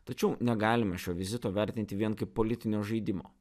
tačiau negalime šio vizito vertinti vien kaip politinio žaidimo